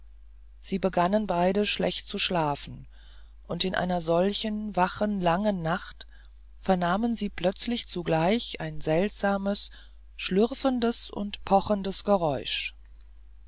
sie begannen beide schlecht zu schlafen und in einer solchen wachen langen nacht vernahmen sie plötzlich zugleich ein seltsames schlürfendes und pochendes geräusch